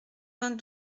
vingt